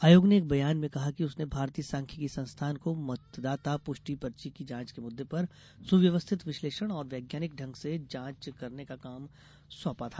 आयोग ने एक बयान में कहा है कि उसने भारतीय सांख्यिकी संस्थान को मतदाता पुष्टि पर्ची की जांच के मुद्दे पर सुव्यवस्थित विश्लेषण और वैज्ञानिक ढंग से जांच करने का काम सौंपा था